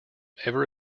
ever